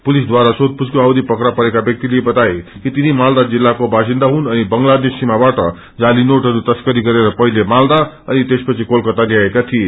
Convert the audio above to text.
पुलिसद्वारा सोधपूछको अवधि पक्रा परेका व्याक्तिले बताए कि उनी माला जिल्लको वासिन्दा हुन अनि बंगलादेश सीामाबाट जाली नोट तस्करी गरेर पहिले मालदा अनि त्यसपछि कोलकता ल्याएका थिए